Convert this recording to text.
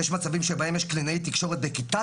יש מצבים שבהם יש קלינאית תקשורת וכיתת